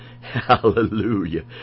Hallelujah